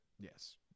Yes